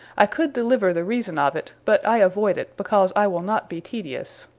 i could deliver the reason of it but i avoid it, because i will not be tedious,